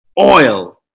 oil